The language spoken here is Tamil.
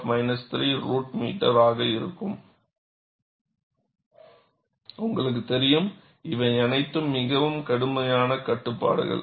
3x〖10〗√m ஆக இருக்கும் உங்களுக்கு தெரியும் இவை அனைத்தும் மிகவும் கடுமையான கட்டுப்பாடுகள்